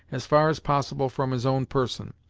as far as possible from his own person.